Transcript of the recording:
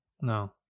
no